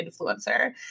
influencer